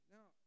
Now